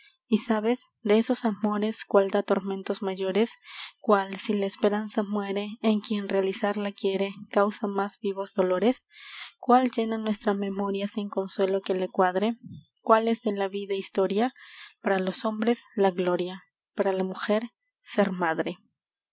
y sabes de esos amores cuál dá tormentos mayores cuál si la esperanza muere en quien realizarla quiere causa más vivos dolores cuál llena nuestra memoria sin consuelo que le cuadre cuál es de la vida historia para los hombres la gloria para la mujer ser madre